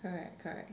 correct correct